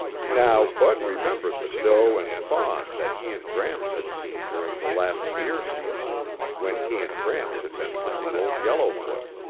now bud remembered the doe and fawn that he and gramps had seen during the last deer season when he and gramps had been hunting old yellowfoot.